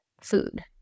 food